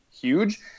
huge